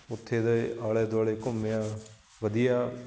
ਉੱਥੇ ਦੇ ਆਲੇ ਦੁਆਲੇ ਘੁੰਮਿਆ ਵਧੀਆ